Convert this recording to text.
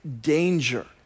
danger